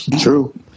True